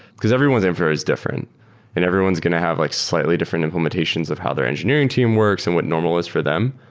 because everyone infra is different and everyone's going to have like slightly different and limitations of how their engineering team works and what normal is for them.